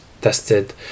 tested